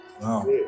Wow